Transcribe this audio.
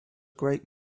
great